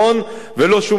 ולא שום דבר אחר,